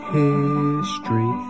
history